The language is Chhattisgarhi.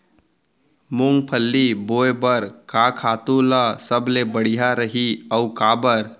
मूंगफली बोए बर का खातू ह सबले बढ़िया रही, अऊ काबर?